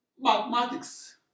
mathematics